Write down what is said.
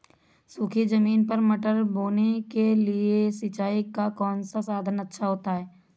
सूखी ज़मीन पर मटर बोने के लिए सिंचाई का कौन सा साधन अच्छा होता है?